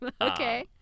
Okay